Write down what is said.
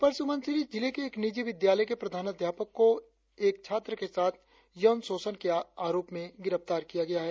अपर सूबनसिरी जिले के एक निजी विद्यालय के प्रधानाध्यापक को एक छात्र के साथ यौन शोषण के आरोप में गिरफ्तार किया गया है